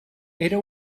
era